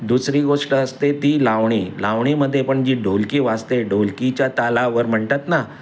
दुसरी गोष्ट असते ती लावणी लावणीमध्ये पण जी ढोलकी वाजते ढोलकीच्या तालावर म्हणतात ना